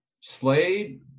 Slade